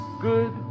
good